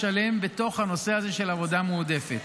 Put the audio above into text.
שלם בתוך הנושא הזה של עבודה מועדפת.